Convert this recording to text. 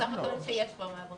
יש כרגע דיון